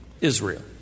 Israel